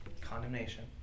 condemnation